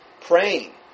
Praying